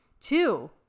two